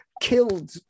killed